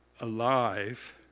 alive